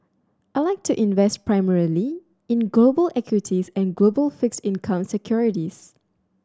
I like to invest primarily in global equities and global fixed income securities